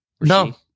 no